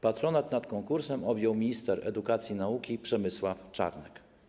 Patronat nad konkursem objął minister edukacji i nauki Przemysław Czarnek.